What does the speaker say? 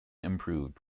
improved